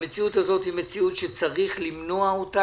המציאות הזאת היא מציאות שצריך למנוע אותה,